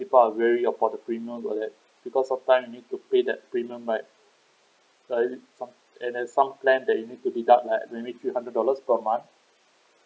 people are worried about the premium all that because of time you need to pay that premium right there is and there is some plan you need to deduct like maybe three hundred dollars per month